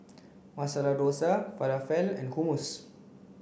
Masala Dosa Falafel and Hummus